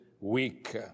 weak